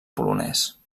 polonès